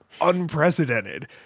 unprecedented